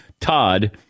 Todd